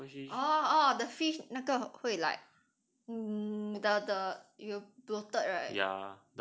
oh oh the fish 那个会 like hmm the the will bloated right